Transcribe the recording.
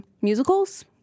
musicals